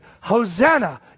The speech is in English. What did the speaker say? Hosanna